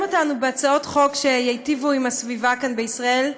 אותנו בהצעות חוק שייטיבו עם הסביבה כאן בישראל.